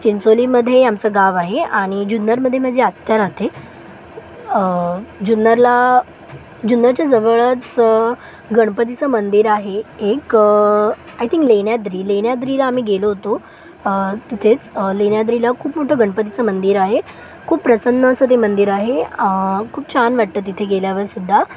चिंचोलीमध्ये आमचं गाव आहे आणि जुन्नरमध्ये माझी आत्या राहते जुन्नरला जुन्नरच्या जवळच गणपतीचं मंदिर आहे एक आय थिंक लेण्याद्री लेण्याद्रीला आम्ही गेलो होतो तिथेच लेण्याद्रीला खूप मोठं गणपतीचं मंदिर आहे खूप प्रसन्न असं ते मंदिर आहे खूप छान वाटतं तिथे गेल्यावर सुद्धा